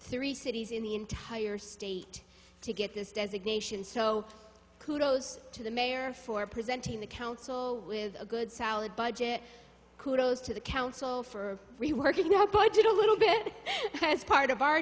three cities in the entire state to get this designation so kudos to the mayor for presenting the council with a good solid budget kudos to the council for reworking our budget a little bit as part of our